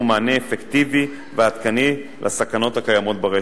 מענה אפקטיבי ועדכני לסכנות הקיימות ברשת.